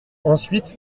ensuite